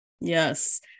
yes